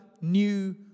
new